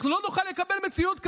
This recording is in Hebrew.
לא נוכל לקבל מציאות כזאת.